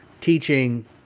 teaching